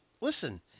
listen